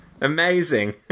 amazing